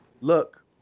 look